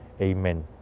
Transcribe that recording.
Amen